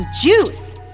juice